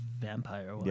vampire